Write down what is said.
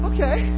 Okay